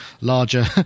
larger